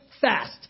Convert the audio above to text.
fast